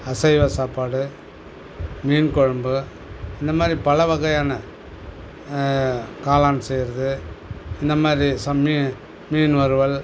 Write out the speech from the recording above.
அசைவ சாப்பாடு மீன் குழம்பு இந்த மாதிரி பல வகையான காளான் செய்கிறது இந்த மாதிரி சமையல் மீன் வறுவல்